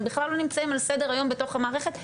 הם בכלל לא נמצאים על סדר היום בתוך המערכת,